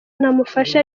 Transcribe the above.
namufashe